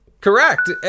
Correct